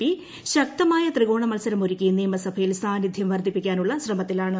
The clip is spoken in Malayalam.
പ്പി ശ്ക്തമായ ത്രികോണ മത്സരം ഒരുക്കി നിയമസഭയിൽ സാന്നിധ്യം വർദ്ധിപ്പിക്കാനുള്ള ശ്രമത്തിലാണ്